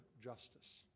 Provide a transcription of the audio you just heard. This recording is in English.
justice